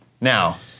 Now